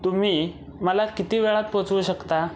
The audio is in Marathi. तुम्ही मला किती वेळात पोहोचवू शकता